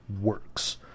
works